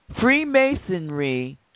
Freemasonry